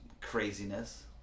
craziness